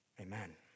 Amen